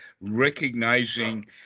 recognizing